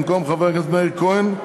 במקום חבר הכנסת מאיר כהן,